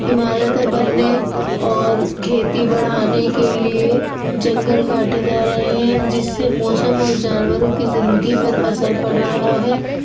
عمارتیں بننے اور کھیتی بڑھانے کے لیے جنگل کاٹے جا رہے ہیں جس سے موسم اور جانوروں کی زندگی پر اثر پڑ رہا ہے